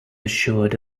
assured